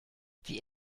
die